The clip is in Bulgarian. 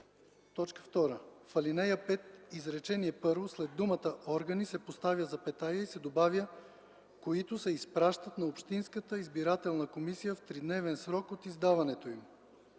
” 2. В ал. 5, изречение първо след думата органи се поставя запетая и се добавя „които се изпращат на общинската избирателна комисия в три дневен срок от издаването им.”